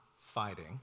fighting